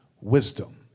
Wisdom